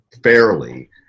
fairly